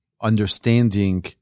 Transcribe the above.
understanding